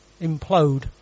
implode